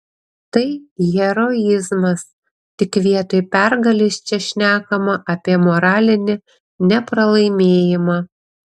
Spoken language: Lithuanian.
tai heroizmas tik vietoj pergalės čia šnekama apie moralinį nepralaimėjimą